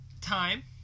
Time